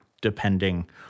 depending